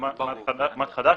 מד חדש,